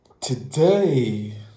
Today